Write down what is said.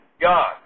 God